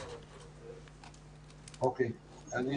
אבל זה יאפשר לנו להחזיר חלק גדול מהאומנים אצלנו,